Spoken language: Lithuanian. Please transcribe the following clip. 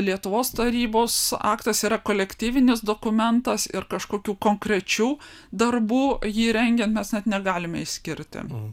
lietuvos tarybos aktas yra kolektyvinis dokumentas ir kažkokių konkrečių darbų jį rengiant mes net negalime išskirti